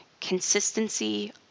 consistency